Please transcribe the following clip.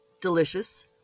delicious